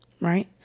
right